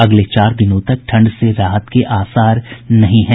अगले चार दिनों तक ठंड से राहत के आसार नहीं है